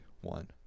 one